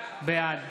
בעד